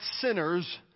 sinners